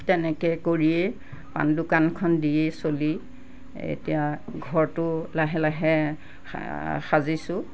তেনেকৈ কৰিয়ে পাণ দোকানখন দিয়ে চলি এতিয়া ঘৰটো লাহে লাহে সাজিছোঁ